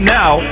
now